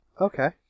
Okay